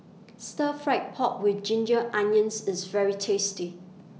Stir Fried Pork with Ginger Onions IS very tasty